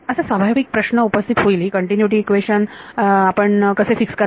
असा स्वाभाविक प्रश्न उपस्थित होईल की कंटिन्युटी इक्वेशन आपण कसे फिक्स करणार